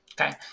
Okay